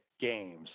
games